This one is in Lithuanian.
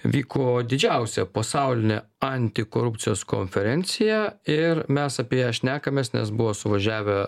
vyko didžiausia pasaulinė antikorupcijos konferencija ir mes apie ją šnekamės nes buvo suvažiavę